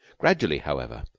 gradually, however,